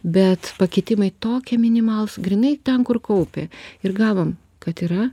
bet pakitimai tokie minimalūs grynai ten kur kaupė ir gavom kad yra